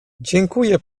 dziękuję